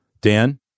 Dan